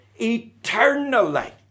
eternally